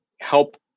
help